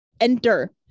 enter